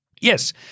Yes